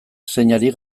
zeinari